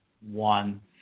one